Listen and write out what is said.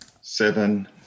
seven